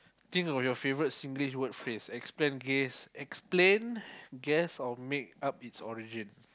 think of your favourite Singlish word phrase explain gays explain guess or make up its origins